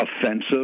offensive